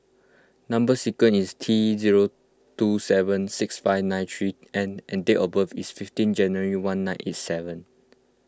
Number Sequence is T zero two seven six five nine three N and date of birth is fifteen January one nine eight seven